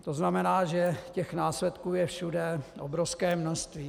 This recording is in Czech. To znamená, že následků je všude obrovské množství.